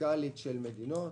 פיסקלית של מדינות.